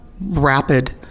rapid